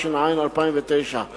התש"ע 2009,